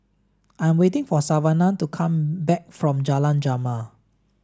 I'm waiting for Savanah to come back from Jalan Jamal